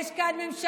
יש כאן ממשלה,